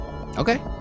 okay